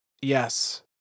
Yes